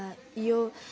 यो